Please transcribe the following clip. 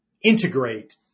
integrate